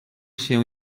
się